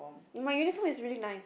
my uniform is really nice